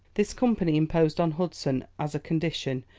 this company imposed on hudson as a condition,